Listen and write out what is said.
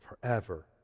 forever